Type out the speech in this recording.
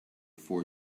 four